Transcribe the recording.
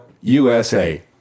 USA